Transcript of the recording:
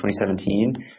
2017